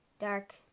dark